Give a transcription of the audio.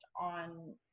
on